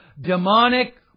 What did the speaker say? demonic